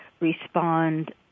respond